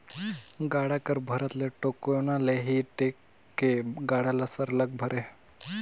गाड़ा कर भरत ले टेकोना ले ही टेक के गाड़ा ल सरलग भरे